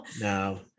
no